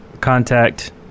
contact